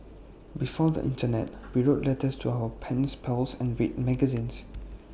before the Internet we wrote letters to our pen pals and read magazines